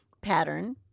pattern